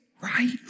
right